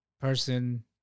person